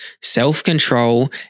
self-control